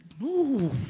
no